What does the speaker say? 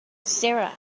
sara